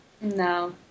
No